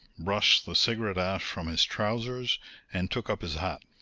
brushed the cigarette ash from his trousers and took up his hat.